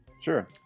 sure